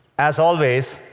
as always,